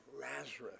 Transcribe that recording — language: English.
Lazarus